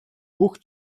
бүх